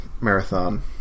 marathon